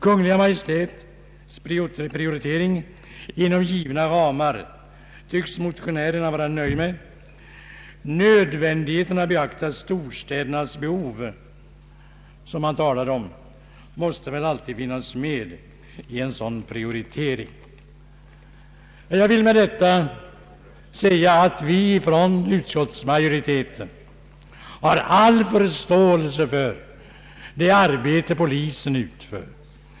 Kungl. Maj:ts prioritering inom givna ramar tycks motionärerna vara nöjda med. Nödvändigheten av att beakta storstädernas behov, som de talar om, måste väl alltid finnas med i en sådan prioritering. Jag vill med detta säga att utskottsmajoriteten har all förståelse för det arbete polisen utför.